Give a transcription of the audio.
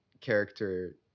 character